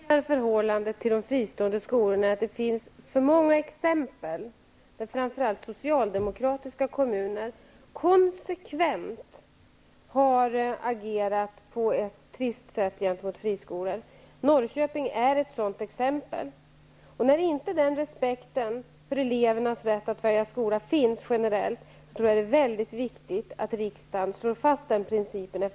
Herr talman! Vi har sett till att reglera förhållandet till de fristående skolorna eftersom det funnits alltför många exempel där framför allt socialdemokratiska kommuner konsekvent har agerat på ett trist sätt gentemot friskolor. Norrköping är ett sådant exempel. När inte respekten för elevernas rätt att välja skola finns generellt, är det mycket viktigt att riksdagen slår fast den principen.